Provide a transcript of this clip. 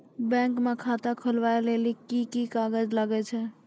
Bank म खाता खोलवाय लेली की की कागज लागै छै?